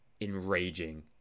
enraging